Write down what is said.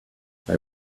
they